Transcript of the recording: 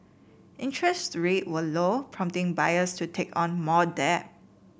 interest rate were low prompting buyers to take on more debt